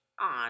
on